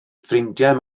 ffrindiau